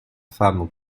femme